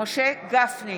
משה גפני,